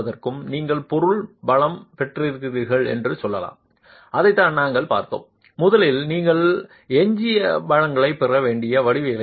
நீங்கள் பொருள் பலம் பெற்றிருக்கிறீர்கள் என்று சொல்லலாம் அதைத்தான் நாங்கள் பார்த்தோம் முதலில் நீங்கள் எஞ்சிய பலங்களைப் பெற வேண்டிய வடிவவியலைப் பெறுகிறோம்